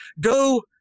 go